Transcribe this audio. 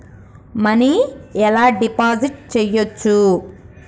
Money ఎలా deposit చేయచ్చు?